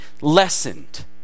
lessened